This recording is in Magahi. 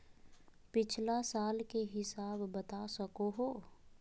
पिछला साल के हिसाब बता सको हो?